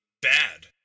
bad